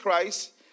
Christ